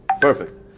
Perfect